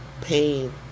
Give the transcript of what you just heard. pain